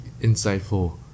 insightful